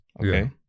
Okay